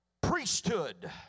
priesthood